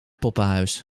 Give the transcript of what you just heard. poppenhuis